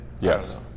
Yes